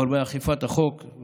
מגורמי אכיפת החוק.